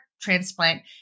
transplant